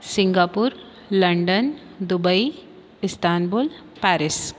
Singapore London Dubai Istanbul Paris